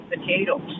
potatoes